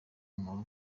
umuntu